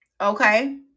Okay